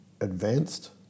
advanced